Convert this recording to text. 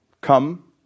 come